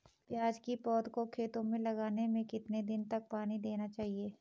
प्याज़ की पौध को खेतों में लगाने में कितने दिन तक पानी देना चाहिए?